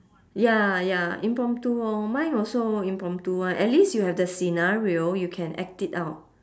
ya ya impromptu orh mine also impromptu [one] at least you have the scenario you can act it out